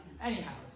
anyhow